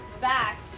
back